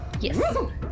Yes